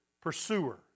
pursuer